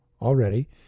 already